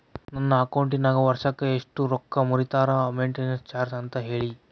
ನನ್ನ ಅಕೌಂಟಿನಾಗ ವರ್ಷಕ್ಕ ಎಷ್ಟು ರೊಕ್ಕ ಮುರಿತಾರ ಮೆಂಟೇನೆನ್ಸ್ ಚಾರ್ಜ್ ಅಂತ ಹೇಳಿ?